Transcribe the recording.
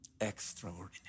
extraordinary